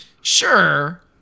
Sure